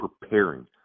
preparing